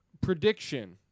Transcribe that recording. prediction